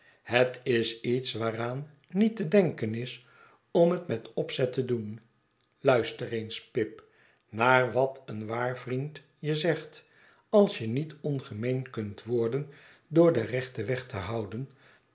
het is iets waaraan niet te denken is om het met opzet te doen luister eens pip naar wat een waar vriend je zegt als je niet ongemeen kunt worden door den rechten weg te houden